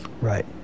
Right